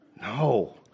No